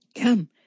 Come